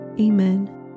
Amen